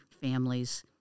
families